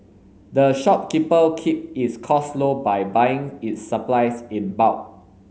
the shopkeeper keep its costs low by buying its supplies in bulk